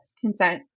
consent